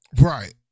Right